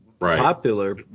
popular